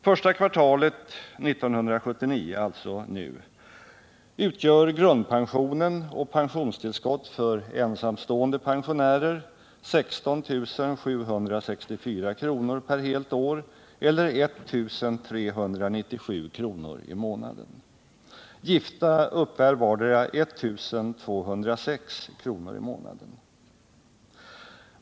Första kvartalet 1979 utgjorde grundpensionen och pensionstillskottet för ensamstående pensionärer 16 764 kr. per helt år eller 1397 kr. i månaden. Gifta uppbar vardera 1 206 kr. i månaden.